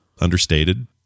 understated